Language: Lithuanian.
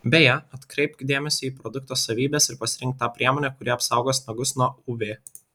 beje atkreipk dėmesį į produkto savybes ir pasirink tą priemonę kuri apsaugos nagus nuo uv